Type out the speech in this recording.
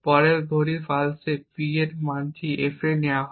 পরের ঘড়ির পালসে P এর এই মানটি F তে দেওয়া হয়